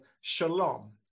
shalom